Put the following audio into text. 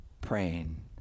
praying